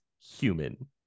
human